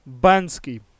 Bansky